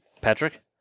Patrick